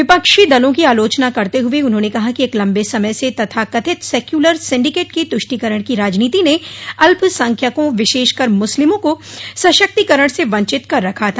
विपक्षी दलों की आलोचना करते हुए उन्होंने कहा कि एक लम्बे समय से तथाकथित सक्यूलर सिंडिकेट की तुष्टीकरण की राजनीति ने अल्पसंख्यकों विशेष कर मुस्लिमों को सशक्तिकरण से वंचित कर रखा था